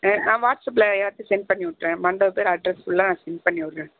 நான் வாட்ஸ் அப்பில் எல்லாத்தையும் சென்ட் பண்ணி விட்டுறேன் மண்டப பேர் அட்ரஸ் ஃபுல்லாக சென்ட் பண்ணி விடுறேன்